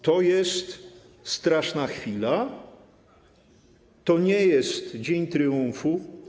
To jest straszna chwila, to nie jest dzień triumfu.